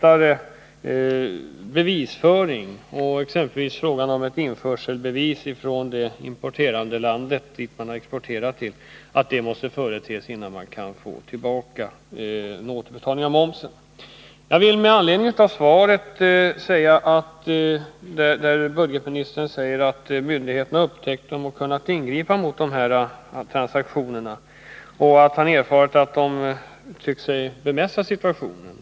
Exempelvis kan en sådan bestämmelse införas att införselbevis från det importerande landet — alltså det land dit det svenska företaget exporterat — måste företes innan man kan få en återbetalning av momsen. Budgetministern säger i svaret att myndigheterna har upptäckt och kunnat ingripa mot de här transaktionerna och att han erfarit att de anser sig kunna bemästra situationen.